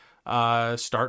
start